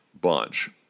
bunch